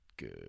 good